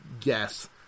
guess